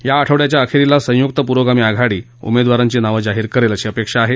या आठवड्याच्या अखेरीला संयुक्त पुरोगामी आघाडी त्यांचा उमेदवारांची नावं जाहीर करेल अशी अपेक्षा आहे